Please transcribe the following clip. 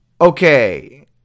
Okay